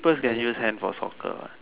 pers can use hand for soccer what